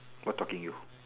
what talking you